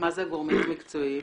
מה זה "הגורמים המקצועיים"?